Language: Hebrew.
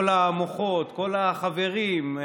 כל המוחות, כל החברים.